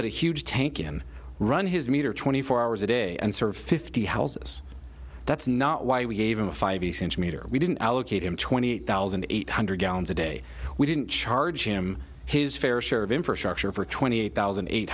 put a huge tank in run his meter twenty four hours a day and serve fifty houses that's not why we gave him a five inch meter we didn't allocate him twenty eight thousand eight hundred gallons a day we didn't charge him his fair share of infrastructure for twenty eight thousand eight